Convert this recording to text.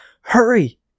Hurry